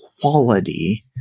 quality